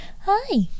hi